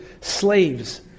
Slaves